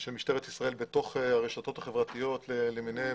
של משטרת ישראל בתוך הרשתות החברתיות למיניהן,